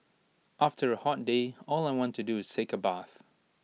after A hot day all I want to do is take A bath